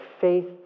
faith